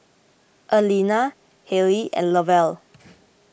Alena Hale and Lovell